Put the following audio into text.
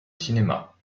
cinéma